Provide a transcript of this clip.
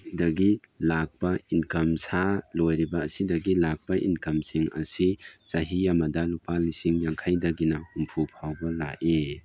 ꯗꯒꯤ ꯂꯥꯛꯄ ꯏꯟꯀꯝ ꯁꯥ ꯂꯣꯏꯔꯤꯕ ꯑꯁꯤꯗꯒꯤ ꯂꯥꯛꯄ ꯏꯟꯀꯝꯁꯤꯡ ꯑꯁꯤ ꯆꯍꯤ ꯑꯃꯗ ꯂꯨꯄꯥ ꯂꯤꯁꯤꯡ ꯌꯥꯡꯈꯑꯩꯗꯒꯤꯅ ꯍꯨꯝꯐꯨ ꯐꯥꯎꯕ ꯂꯥꯛꯏ